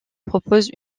propose